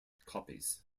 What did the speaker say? copies